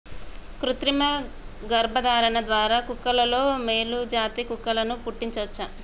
కృతిమ గర్భధారణ ద్వారా కుక్కలలో మేలు జాతి కుక్కలను పుట్టించవచ్చు